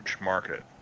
market